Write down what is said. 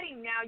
now